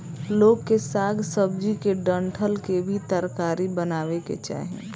लोग के साग सब्जी के डंठल के भी तरकारी बनावे के चाही